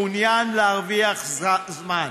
מעוניין להרוויח זמן.